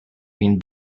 been